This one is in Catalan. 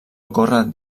ocórrer